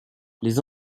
les